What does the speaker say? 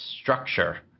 structure